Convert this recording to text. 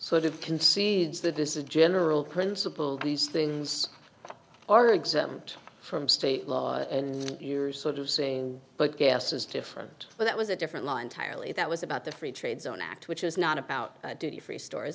sort of concedes that this is a general principle these things are exempt from state law and yours sort of saying but gas is different but that was a different law entirely that was about the free trade zone act which is not about duty free stores